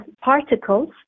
particles